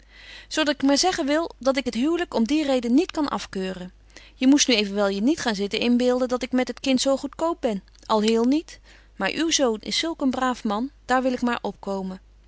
zo dat ik maar zeggen wil dat ik het huwlyk om die reden niet kan afkeuren je moest nu evenwel je niet gaan zitten inbeelden dat ik met het kind zo goedkoop ben alheel niet maar uw zoon is zulk een braaf man daar wil ik maar op